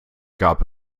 gab